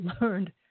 learned